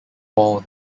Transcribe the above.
ball